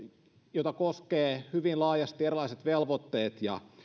jota koskee hyvin laajasti erilaiset velvoitteet ja